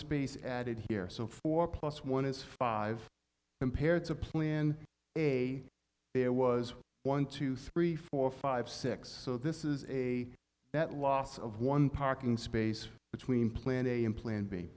space added here so four plus one is five compared to plan a there was one two three four five six so this is a that loss of one parking space between plan a in plan b